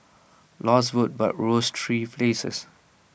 lost votes but rose three places